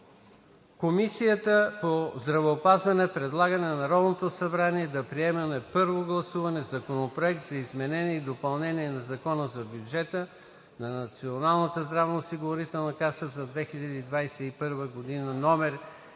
Комисията по здравеопазването предлага на Народното събрание да приеме на първо гласуване Законопроект за изменение и допълнение на Закона за бюджета на Националната здравноосигурителна каса за 2021 г., №